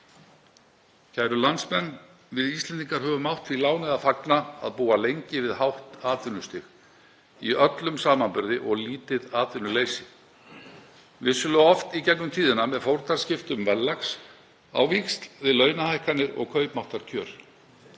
Kæru landsmenn. Við Íslendingar höfum átt því láni að fagna að búa lengi við hátt atvinnustig í öllum samanburði og lítið atvinnuleysi. Vissulega oft í gegnum tíðina með fórnarskiptum verðlags á víxl við launahækkanir og kaupmáttarkjör.